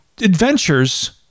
adventures